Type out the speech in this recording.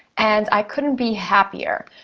and i couldn't be happier.